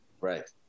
Right